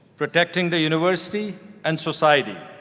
protecting the university and society,